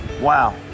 Wow